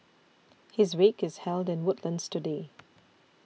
his wake is held in Woodlands today